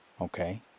Okay